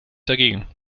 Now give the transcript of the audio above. dagegen